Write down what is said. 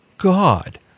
God